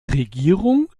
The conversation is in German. regierung